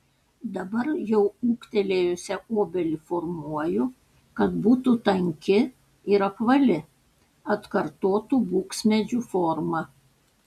dabar jau ūgtelėjusią obelį formuoju kad būtų tanki ir apvali atkartotų buksmedžių formą